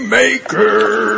maker